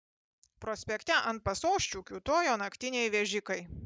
prospekte ant pasosčių kiūtojo naktiniai vežikai